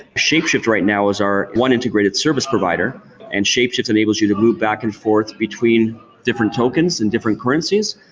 shapeshift right now is our one integrated service provider and shapeshift enables you to move back and forth between different tokens and different currencies.